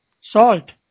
Salt